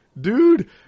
dude